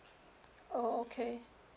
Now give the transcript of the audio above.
oh okay